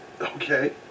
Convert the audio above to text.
Okay